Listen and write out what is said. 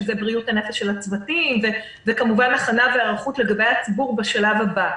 שזה בריאות הנפש של הצוותים וכמובן הכנה והיערכות לגבי הציבור בשלב הזה.